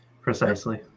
Precisely